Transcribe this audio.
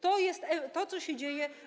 To jest to, co się dzieje.